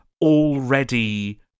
already